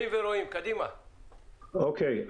קודם כל,